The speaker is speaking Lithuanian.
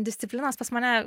disciplinos pas mane